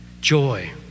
Joy